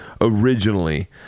originally